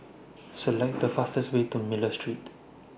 Select The fastest Way to Miller Street